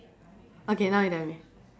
okay now